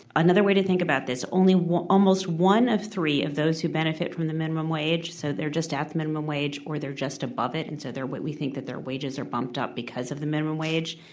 another way to think about this, only almost one of three of those who benefit from the minimum wage, so they're just at the minimum wage or they're just above it, and so they're what we think that their wages are bumped up because of the minimum wage,